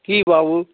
की बाबु